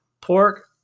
Pork